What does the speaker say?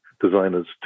designer's